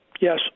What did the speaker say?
Yes